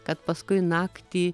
kad paskui naktį